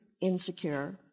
insecure